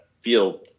feel